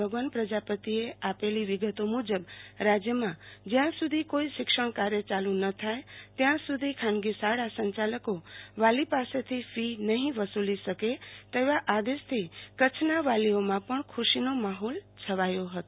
ભગવાન પ્રજાપતિએ આપેલી વિગતો મુજબ રાજયમાં જયાં સુ ધી કોઈ શિક્ષણકાર્ય ચાલુ ન થાય ત્યાં સુ ધી ખાનગીશાળા સંચાલકો વાલી પાસેથી ફી નફી વસુ લે તેવા આદેશથી કચ્છના વાલીઓમાં પણ ખુ શીનો માહોલ છવાયો હતો